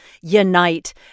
unite